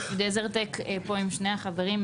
זה סעיף .DeserTechאנחנו בעבודת מטה על זה עם שני החברים פה,